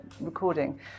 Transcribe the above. recording